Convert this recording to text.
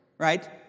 Right